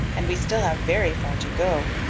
and we still have very far to go.